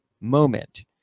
moment